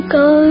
go